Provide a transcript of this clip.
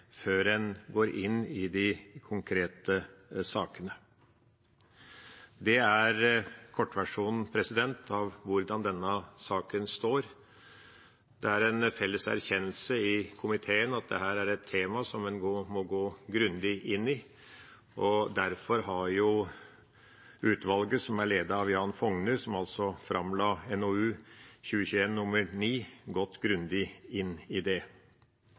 før en går inn i de konkrete sakene. Det er kortversjonen av hvordan denne saken står. Det er en felles erkjennelse i komiteen at dette er et tema som en må gå grundig inn i. Derfor har utvalget – som er ledet av Jan Fougner, og som altså framla NOU 2021: 9 – gått grundig inn i det.